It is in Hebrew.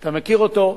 אתה מכיר אותו,